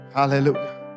Hallelujah